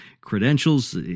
credentials